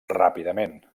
ràpidament